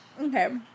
Okay